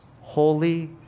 holy